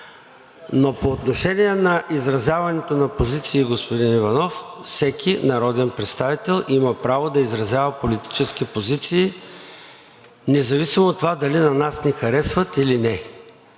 Но по отношение на изразяването на позиции, господин Иванов, всеки народен представител има право да изразява политически позиции, независимо от това дали на нас ни харесват или не.